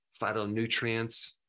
phytonutrients